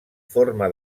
forma